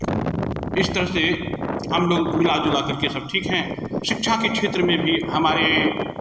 इस तरह से हम लोग मिला जुला करके सब ठीक हैं शिक्षा के क्षेत्र में भी हमारे